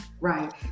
right